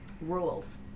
rules